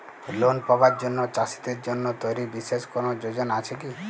Loan পাবার জন্য চাষীদের জন্য তৈরি বিশেষ কোনো যোজনা আছে কি?